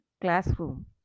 classroom